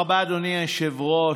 תודה רבה, אדוני היושב-ראש.